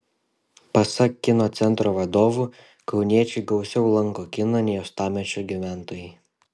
pasak kino centro vadovų kauniečiai gausiau lanko kiną nei uostamiesčio gyventojai